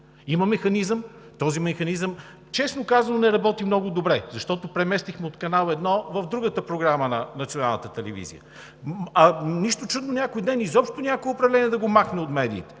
Има механизъм – този механизъм, честно казано, не работи много добре, защото го преместихме от Канал 1 в другата програма на Националната телевизия! Нищо чудно някой ден изобщо някое управление да го махне от медиите!